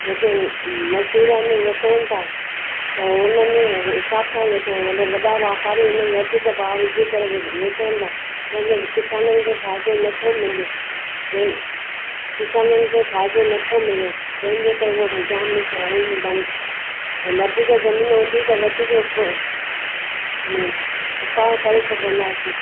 जेके मज़दूर आहिनि विकिणणु था त हुनमें हिसाब सां विकिणणु वॾा वापारी उनमें वधीक भाव विझी करे विकिणणु था तंहिखे किसाननि खे फ़ाइदो नथो मिले जंहिं किसाननि खे फ़ाइदो नथो मिले जंहिंजे करे उअ जाम मिसकाइनि वधीक ज़मीन हूंदी त वधीक उप उअ उपाउ करे सघंदासीं